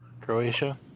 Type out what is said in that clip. Croatia